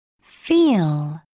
Feel